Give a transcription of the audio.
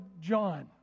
John